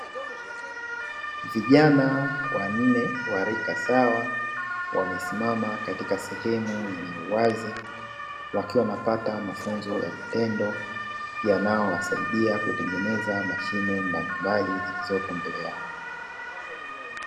Vijana wanne warika sawa wamesimama katika sehemu yenye uwazi, wakiwa wanapata mafunzo ya vitendo yanayowasaidia kutengeneza mashine mbalimbali zilizopo mbele yao.